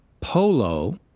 Polo